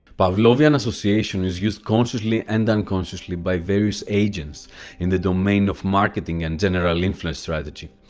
pavlovian association is used consciously and unconsciously by various agents in the domain of marketing and general influence strategy.